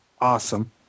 awesome